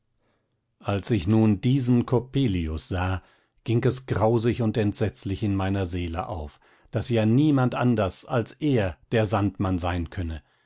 als ich nun diesen coppelius sah ging es grausig und entsetzlich in meiner seele auf daß ja niemand anders als er der sandmann sein könne